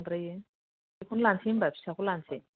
बांद्रायो बेखौनो लानोसै होनब्ला फिसाखौनो लानोसै